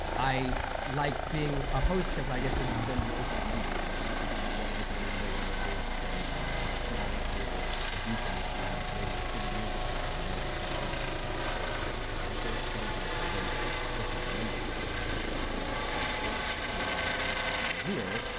i like being a host because i get to then do opening numbers. so, i got to do that one opening number when they moved from a smaller theater the beacon, to radio city music hall, and that was a big, giant space, right. and so, it seemed like, well there's your opening number something about how big we are now that we're here,